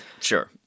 Sure